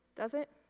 does it?